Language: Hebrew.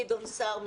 גדעון סער,